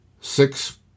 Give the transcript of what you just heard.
six